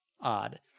odd